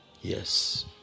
yes